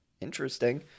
Interesting